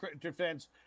defense